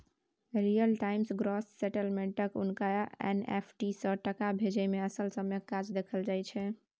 real time gross सेटलमेंटक उनटा NFT सँ टका भेजय मे असल समयक काज देखल जाइ छै